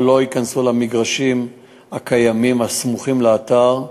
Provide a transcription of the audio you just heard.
או לא ייכנסו למגרשים הקיימים הסמוכים לאתר,